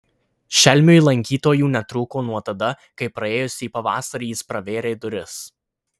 šelmiui lankytojų netrūko nuo tada kai praėjusį pavasarį jis pravėrė duris